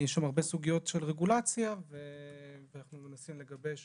יש שם הרבה סוגיות של רגולציה ואנחנו מנסים לגבש